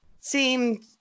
seemed